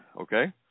okay